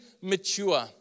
mature